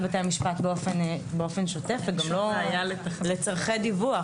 בתי המשפט באופן שוטף וגם לא לצרכי דיווח.